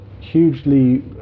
hugely